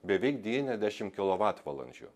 beveik devyniasdešimt kilovatvalandžių